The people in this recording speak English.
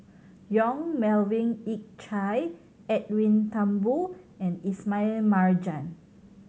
Yong Melvin Yik Chye Edwin Thumboo and Ismail Marjan